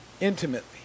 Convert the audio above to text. Intimately